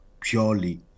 purely